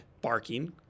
barking